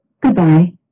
Goodbye